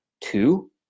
Two